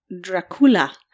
dracula